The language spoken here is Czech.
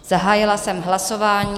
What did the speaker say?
Zahájila jsem hlasování.